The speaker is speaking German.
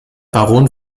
baron